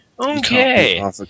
Okay